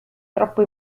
troppo